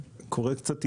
-- קוראת קצת עיתונים,